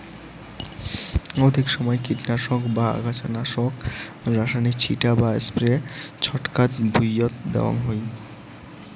অধিক সমাই কীটনাশক বা আগাছানাশক রাসায়নিক ছিটা বা স্প্রে ছচকাত ভুঁইয়ত দ্যাওয়াং হই